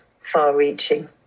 far-reaching